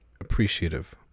appreciative